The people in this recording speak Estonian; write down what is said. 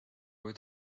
kui